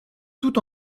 toute